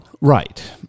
Right